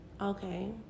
Okay